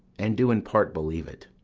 and do in part believe it.